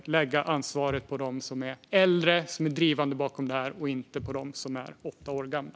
Vi ska lägga ansvaret på dem som är äldre och drivande bakom det här, inte på dem som är åtta år gamla.